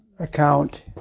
account